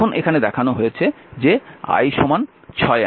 এখন এখানে দেখানো হয়েছে যে I 6 অ্যাম্পিয়ার